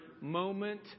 moment